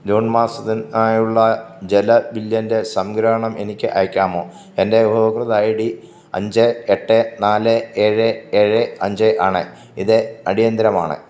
June മാസത്തിൻ ആയുള്ള ജല ബില്ലിൻ്റെ സംഗ്രഹണം എനിക്ക് അയക്കാമോ എൻ്റെ ഉപഭോക്തൃ ഐ ഡി അഞ്ച് എട്ട് നാല് ഏഴ് ഏഴ് അഞ്ച് ആണ് ഇത് അടിയന്തിരമാണ്